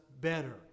better